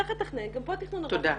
צריך לתכנן גם כאן תכנון ארוך טווח.